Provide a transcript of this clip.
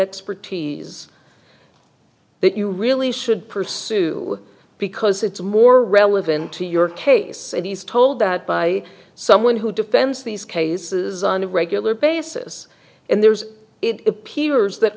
expertise that you really should pursue because it's more relevant to your case and he's told that by someone who defends these cases on a regular basis and there's it appears that